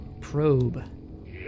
Probe